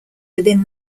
within